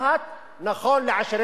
זה מה שהוא עושה